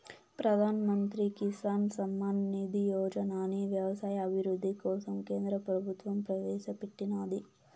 ప్రధాన్ మంత్రి కిసాన్ సమ్మాన్ నిధి యోజనని వ్యవసాయ అభివృద్ధి కోసం కేంద్ర ప్రభుత్వం ప్రవేశాపెట్టినాది